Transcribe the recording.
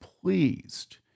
pleased